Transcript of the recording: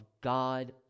God